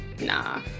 Nah